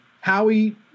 Howie